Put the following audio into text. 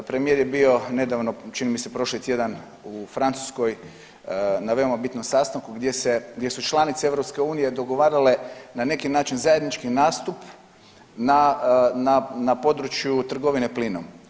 Premijer je bio nedavno čini mi se prošli tjedan u Francuskoj na veoma bitnom sastanku gdje se, gdje su članice EU dogovarale na neki način zajednički nastup na, na području trgovine plinom.